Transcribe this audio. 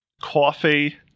coffee